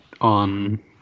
on